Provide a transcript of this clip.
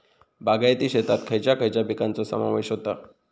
बागायती शेतात खयच्या खयच्या पिकांचो समावेश होता?